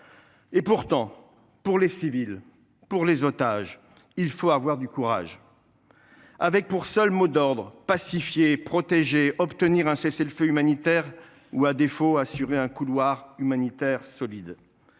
Et pourtant, pour les civils et les otages, il faut avoir du courage et garder pour seuls mots d’ordre : pacifier, protéger, obtenir un cessez le feu humanitaire ou, à défaut, assurer un couloir humanitaire solide.